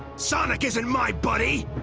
sonic isn't my buddy!